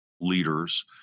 leaders